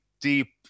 deep